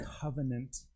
covenant